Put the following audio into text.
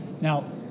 now